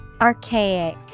Archaic